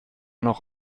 noch